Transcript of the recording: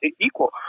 equal